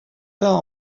peint